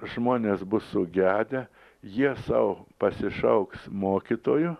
žmonės bus sugedę jie sau pasišauks mokytojų